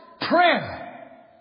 prayer